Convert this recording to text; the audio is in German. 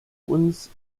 uns